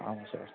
ஆமாம் சார்